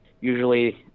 usually